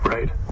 Right